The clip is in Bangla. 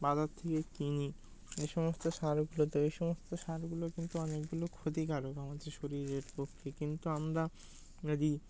বাজার থেকে কিনি এই সমস্ত সারগুলো তো এই সমস্ত সারগুলো কিন্তু অনেকগুলো ক্ষতিকারক আমাদের শরীরের পক্ষে কিন্তু আমরা যদি